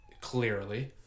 clearly